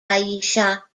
aisha